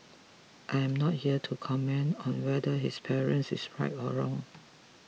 I am not here to comment on whether this parent is right or wrong